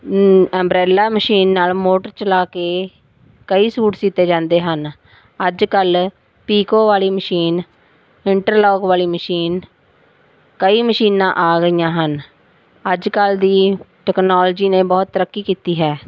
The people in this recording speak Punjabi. ਅੰਬਰੇਲਾ ਮਸ਼ੀਨ ਨਾਲ ਮੋਟਰ ਚਲਾ ਕੇ ਕਈ ਸੂਟ ਸੀਤੇ ਜਾਂਦੇ ਹਨ ਅੱਜ ਕੱਲ੍ਹ ਪੀਕੋ ਵਾਲੀ ਮਸ਼ੀਨ ਇੰਟਰਲੋਕ ਵਾਲੀ ਮਸ਼ੀਨ ਕਈ ਮਸ਼ੀਨਾਂ ਆ ਗਈਆਂ ਹਨ ਅੱਜ ਕੱਲ੍ਹ ਦੀ ਟਕਨੋਲਜੀ ਨੇ ਬਹੁਤ ਤਰੱਕੀ ਕੀਤੀ ਹੈ